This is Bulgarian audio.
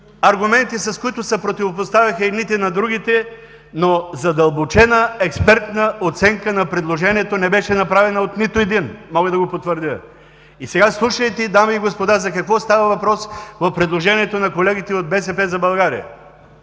аргументи, с които се противопоставиха едните на другите, но задълбочена експертна оценка на предложението не беше направена от нито един, мога да го потвърдя. И сега слушайте, уважаеми дами и господа, за какво става въпрос в предложението на колегите от „БСП за България“.